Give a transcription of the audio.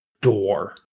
door